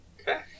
Okay